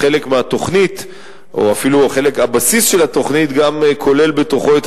חלק מהתוכנית או אפילו הבסיס של התוכנית כולל בתוכו את